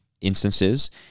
instances